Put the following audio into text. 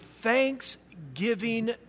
thanksgiving